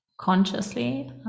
consciously